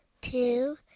two